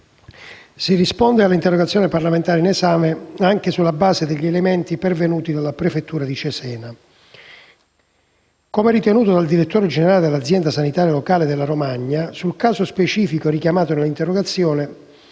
si risponde all'interrogazione parlamentare in esame, sulla base degli elementi pervenuti dalla prefettura di Forlì-Cesena. Come ritenuto dal direttore generale dell'azienda sanitaria locale della Romagna, sul caso specifico richiamato dall'interrogazione,